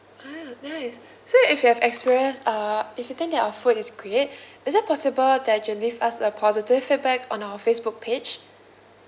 ah nice so if you have experience uh if you think that our food is great is it possible that you leave us a positive feedback on our facebook page